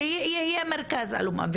ויהיה בו מרכז אלומה.